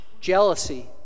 Jealousy